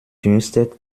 dünstet